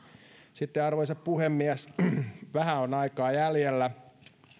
sitten arvoisa puhemies vähän on aikaa jäljellä